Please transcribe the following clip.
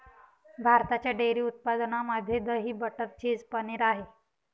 भारताच्या डेअरी उत्पादनामध्ये दही, बटर, चीज, पनीर आहे